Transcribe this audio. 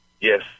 Yes